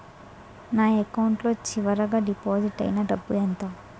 నా అకౌంట్ లో చివరిగా డిపాజిట్ ఐనా డబ్బు ఎంత?